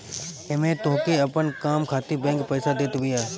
एमे तोहके अपन काम खातिर बैंक पईसा देत बिया